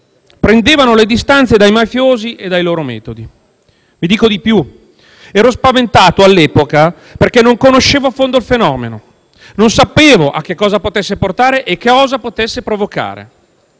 prendevano le distanze dai mafiosi e dai loro metodi. Dico di più: all'epoca ero spaventato, perché non conoscevo a fondo il fenomeno, non sapevo a cosa potesse portare e cosa potesse provocare.